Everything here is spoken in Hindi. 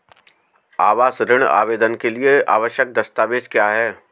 आवास ऋण आवेदन के लिए आवश्यक दस्तावेज़ क्या हैं?